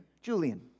julian